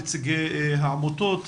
נציגי העמותות.